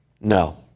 No